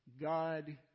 God